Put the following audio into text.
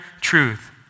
truth